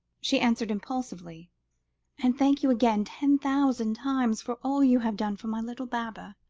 she answered impulsively and thank you again ten thousand times, for all you have done for my little baba.